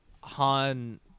Han